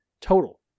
total